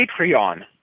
Patreon